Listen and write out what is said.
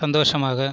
சந்தோஷமாக